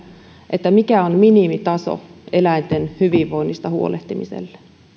siitä mikä on minimitaso eläinten hyvinvoinnista huolehtimiselle